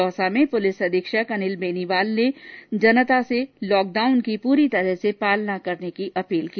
दौसा में पुलिस अधीक्षक अनिल बेनीवाल ने जनता लॉकडॉउन की पूरी तरह से पालना करने अपील की